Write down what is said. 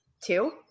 Two